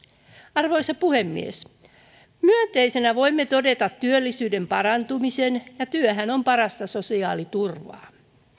arvoisa puhemies myönteisenä voimme todeta työllisyyden parantumisen ja työhän on parasta sosiaaliturvaa